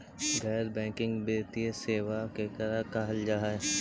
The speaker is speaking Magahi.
गैर बैंकिंग वित्तीय सेबा केकरा कहल जा है?